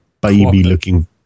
baby-looking